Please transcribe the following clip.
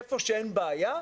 איפה שאין בעיה,